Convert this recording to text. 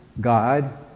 God